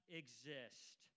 exist